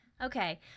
Okay